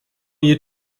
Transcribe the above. you